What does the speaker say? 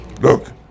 look